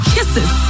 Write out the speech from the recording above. Kisses